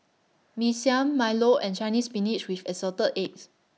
Mee Siam Milo and Chinese Spinach with Assorted Eggs